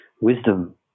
Wisdom